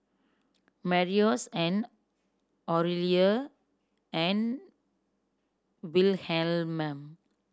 Marius and Aurelia and Wilhelm